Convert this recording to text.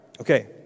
Okay